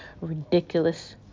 ridiculous